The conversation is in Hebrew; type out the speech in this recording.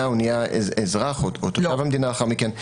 הוא נהיה אזרח או תושב המדינה לאחר מכן.